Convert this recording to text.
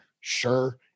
Sure